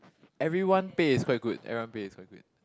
everyone pay is quite good everyone pay is quite good